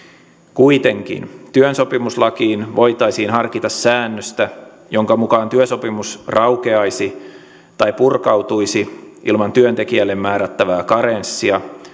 kuitenkin työsopimuslakiin voitaisiin harkita säännöstä jonka mukaan työsopimus raukeaisi tai purkautuisi ilman työntekijälle määrättävää karenssia